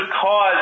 cause